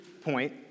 point